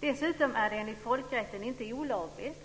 Dessutom är det enligt folkrätten inte olagligt